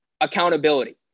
accountability